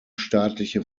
staatliche